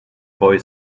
boy